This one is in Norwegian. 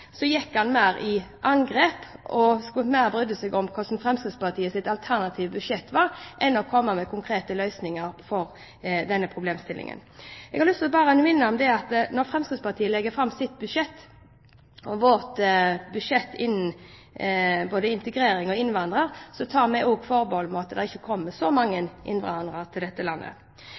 angrep og brydde seg mer om hvordan Fremskrittspartiets alternative budsjett var, enn å komme med konkrete løsninger på denne problemstillingen. Jeg har bare lyst til å minne om at når Fremskrittspartiet legger fram sitt budsjett hva gjelder både integrering og innvandrere, så tar vi også forbehold om at det ikke kommer så mange innvandrere til dette landet.